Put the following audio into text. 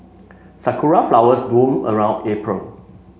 sakura flowers bloom around April